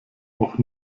auch